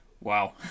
Wow